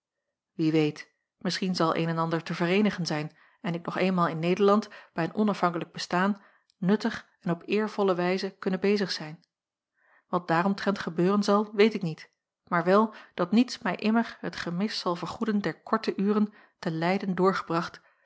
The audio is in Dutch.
wie weet misschien zal een en ander te vereenigen zijn en ik nog eenmaal in nederland bij een onafhankelijk bestaan nuttig en op eervolle wijze kunnen bezig zijn wat daaromtrent gebeuren zal weet ik niet maar wel dat niets mij immer het gemis zal vergoeden der korte uren te leyden doorgebracht